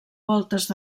voltes